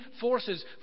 forces